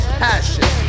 passion